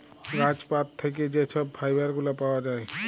গাহাচ পাত থ্যাইকে যে ছব ফাইবার গুলা পাউয়া যায়